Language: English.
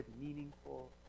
meaningful